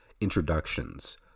introductions